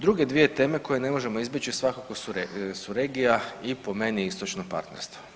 Druge dvije teme koje ne možemo izbjeći svakako su regija i po meni istočno partnerstvo.